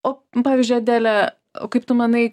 o pavyzdžiui adele o kaip tu manai